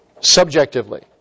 subjectively